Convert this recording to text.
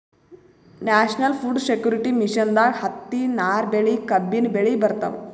national food security ಮಿಷನ್ದಾಗ್ ಹತ್ತಿ, ನಾರ್ ಬೆಳಿ, ಕಬ್ಬಿನ್ ಬೆಳಿ ಬರ್ತವ್